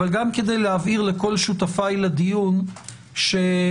אבל גם כדי להבהיר לכל שותפיי לדיון שאיני